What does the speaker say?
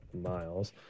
miles